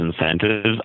incentives